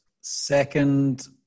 second